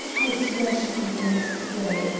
i'll swear she kent the next day,